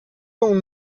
اون